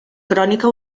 crònica